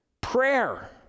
Prayer